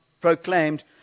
proclaimed